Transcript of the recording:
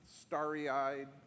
starry-eyed